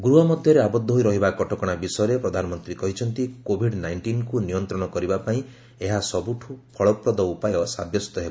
ଗୃହ ମଧ୍ୟରେ ଆବଦ୍ଧ ହୋଇ ରହିବା କଟକଣା ବିଷୟରେ ପ୍ରଧାନମନ୍ତ୍ରୀ କହିଛନ୍ତି କୋଭିଡ୍ ନାଇଷ୍ଟିନ୍କୁ ନିୟନ୍ତ୍ରଣ କରିବା ପାଇଁ ଏହା ସବୁଠୁ ଫଳପ୍ରଦ ଉପାୟ ସାବ୍ୟସ୍ତ ହେବ